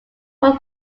was